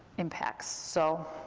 impacts, so.